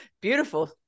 Beautiful